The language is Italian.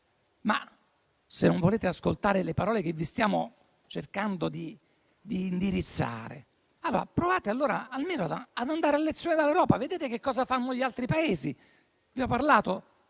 Se non volete ascoltare le parole che vi stiamo cercando di indirizzare, provate allora ad andare a lezione almeno dall'Europa e vedete cosa fanno gli altri Paesi. Vi abbiamo parlato